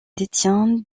détient